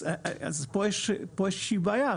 אז פה יש איזושהי בעיה,